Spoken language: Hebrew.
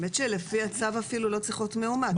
האמת היא שלפי הצו אפילו לא צריך להיות מאומת,